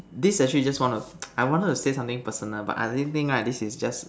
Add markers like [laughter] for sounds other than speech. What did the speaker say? this actually just one of [noise] I wanted to say something personal but I didn't think right this is just